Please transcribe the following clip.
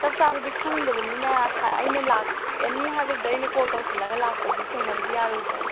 ꯆꯞ ꯆꯥꯕꯗꯤ ꯈꯪꯗꯕꯅꯤꯅ ꯑꯩꯅ ꯂꯥꯛꯑꯅꯤ ꯍꯥꯏꯕꯗꯨꯗ ꯑꯩꯅ ꯀꯣꯜ ꯇꯧꯁꯤꯜꯂꯒ ꯂꯥꯛꯄꯗꯨꯗꯤ ꯊꯦꯡꯅꯕꯗꯤ ꯌꯥꯔꯣꯏꯗ꯭ꯔꯣ